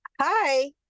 hi